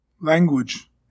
language